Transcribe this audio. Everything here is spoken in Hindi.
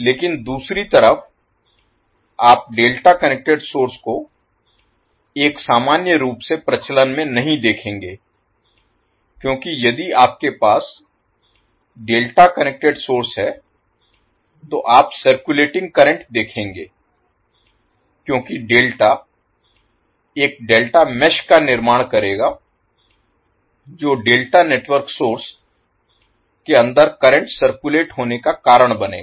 लेकिन दूसरी तरफ आप डेल्टा कनेक्टेड सोर्स को एक सामान्य रूप से प्रचलन में नहीं देखेंगे क्योंकि यदि आपके पास डेल्टा कनेक्टेड सोर्स है तो आप सर्क्युलेटिंग करंट देखेंगे क्योंकि डेल्टा एक डेल्टा मेष का निर्माण करेगा जो डेल्टा नेटवर्क सोर्स के अंदर करंट सर्क्युलेट होने का कारण बनेगा